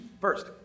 First